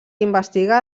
investigar